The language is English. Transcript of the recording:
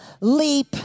leap